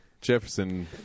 Jefferson